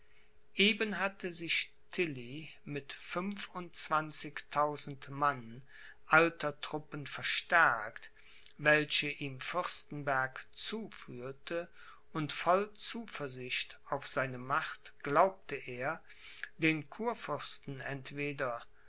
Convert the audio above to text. eben hatte sich tilly mit fünfundzwanzigtausend mann alter truppen verstärkt welche ihm fürstenberg zuführte und voll zuversicht auf seine macht glaubte er den kurfürsten entweder